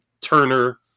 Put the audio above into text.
Turner